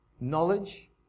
knowledge